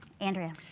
Andrea